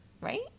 Right